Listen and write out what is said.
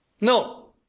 No